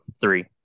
three